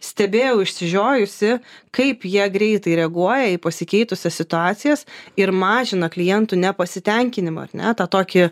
stebėjau išsižiojusi kaip jie greitai reaguoja į pasikeitusias situacijas ir mažina klientų nepasitenkinimą ar ne tą tokį